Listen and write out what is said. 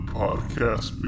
podcast